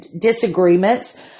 disagreements